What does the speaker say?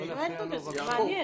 אני שואלת אותו, זה מעניין.